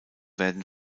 werden